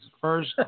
first